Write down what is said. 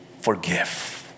forgive